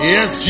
Yes